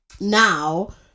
now